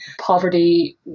poverty